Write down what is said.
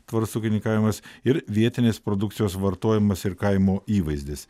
tvarus ūkininkavimas ir vietinės produkcijos vartojimas ir kaimo įvaizdis